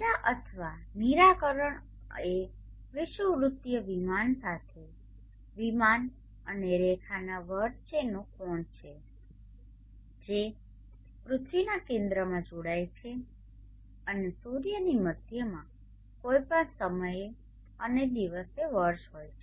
δ અથવા નિરાકરણ એ વિષુવવૃત્તીય વિમાન અને રેખાના વચ્ચેનો કોણ છે જે પૃથ્વીના કેન્દ્રમાં જોડાય છે અને સૂર્યની મધ્યમાં કોઈપણ સમયે અને દિવસે વર્ષ હોય છે